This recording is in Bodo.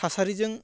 थासारिजों